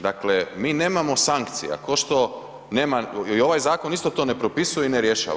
Dakle, mi nemamo sankcija, kao što nema, ovaj zakon isto to ne propisuje i ne rješava.